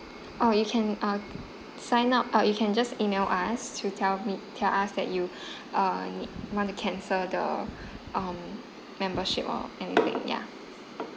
oh you can uh sign up uh you can just email us to tell me tell us that you uh need want to cancel the um membership or anything ya